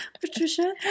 Patricia